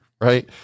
Right